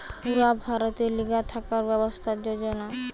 পুরা ভারতের লিগে থাকার ব্যবস্থার যোজনা